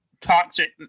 toxic